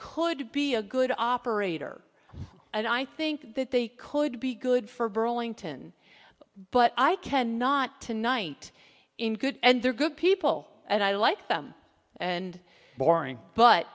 could be a good operator and i think that they could be good for burlington but i cannot tonight in good and they're good people and i like them and boring but